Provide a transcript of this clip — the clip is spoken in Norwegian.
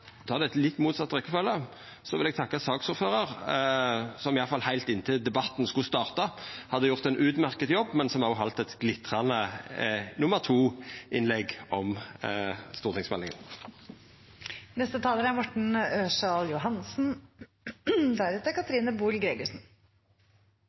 litt motsett rekkefølgje – vil eg takka saksordføraren, som iallfall heilt inn til debatten skulle starta, hadde gjort ein utmerkt jobb, men som òg heldt eit glitrande nummer to-innlegg om stortingsmeldinga. Da har vi igjen fått en rommelding. Det er